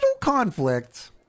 conflict